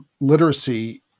literacy